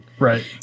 Right